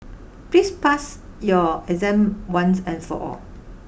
please pass your exam once and for all